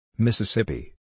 Mississippi